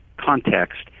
context